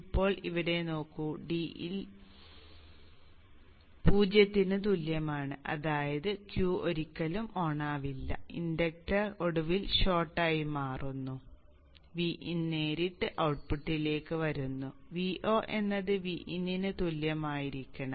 ഇപ്പോൾ ഇവിടെ നോക്കൂ d ൽ 0 ന് തുല്യമാണ് അതായത് Q ഒരിക്കലും ഓണാവില്ല ഇൻഡക്റ്റർ ഒടുവിൽ ഷോർട്ട് ആയി മാറുന്നു Vin നേരിട്ട് ഔട്ട്പുട്ടിലേക്ക് വരുന്നു Vo എന്നത് Vin ന് തുല്യമായിരിക്കും